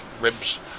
ribs